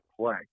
play